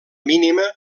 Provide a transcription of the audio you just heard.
mínima